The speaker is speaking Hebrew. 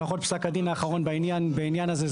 לפחות פסק הדין האחרון לעניין הזה,